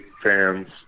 fans